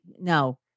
No